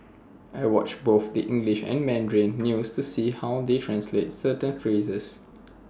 I watch both the English and Mandarin news to see how they translate certain phrases